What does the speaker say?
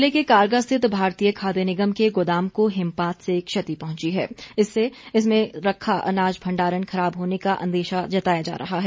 जिले के कारगा स्थित भारतीय खाद्य निगम के गोदाम को हिमपात से क्षति पहुंची है जिससे इसमें रखा अनाज भंडारण खराब होने का अंदेशा जताया जा रहा है